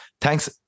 Thanks